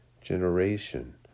generation